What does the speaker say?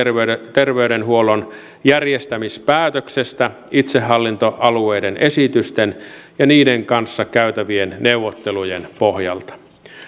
terveydenhuollon järjestämispäätöksestä itsehallintoalueiden esitysten ja niiden kanssa käytävien neuvotteluiden pohjalta